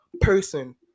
person